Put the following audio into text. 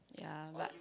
yeah but